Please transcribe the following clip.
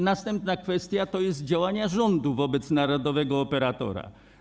Następna kwestia to działania rządu wobec narodowego operatora.